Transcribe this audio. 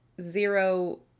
zero